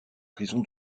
prison